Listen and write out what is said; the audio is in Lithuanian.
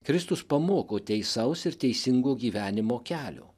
kristus pamoko teisaus ir teisingo gyvenimo kelio